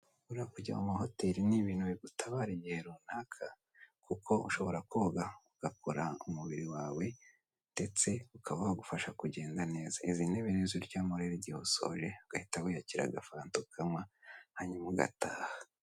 Buriya kujya mu mahoteli ni ibintu bigutabara igihe runaka, kuko ushobora koga ugakora umubiri wawe, ndetse ukaba wagufasha kugenda neza. Izi ntebe nizo ujyamo igihe usoje ugahita wiyakira agafanta kawe ukanywa ubundi ugataha.